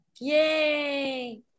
yay